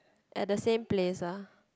at the same place ah